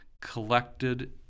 collected